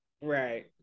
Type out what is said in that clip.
right